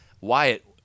Wyatt